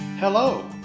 Hello